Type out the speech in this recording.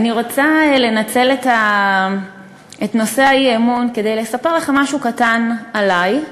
אני רוצה לנצל את נושא האי-אמון כדי לספר לכם משהו קטן עלי,